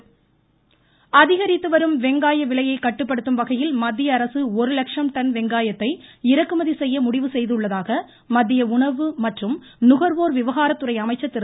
ராம்விலாஸ் பாஸ்வன் அதிகரித்துவரும் வெங்காய விலையை கட்டுப்படுத்தும்வகையில் மத்தியஅரசு ஒருலட்சம் டன் வெங்காயத்தை இறக்குமதி செய்ய முடிவு செய்துள்ளதாக மத்திய உணவு மற்றும் நுகர்வோர் விவகாரத்துறை அமைச்சர் திரு